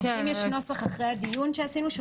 לגבי עובדים יש נוסח שנכתב אחרי הדיון שקיימנו.